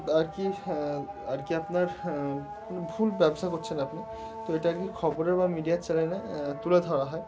আর কি আর কি আপনার কোনো ভুল ব্যবসা করছেন আপনি তো এটা আর কি খবরে বা মিডিয়ার চ্যানেলে তুলে ধরা হয়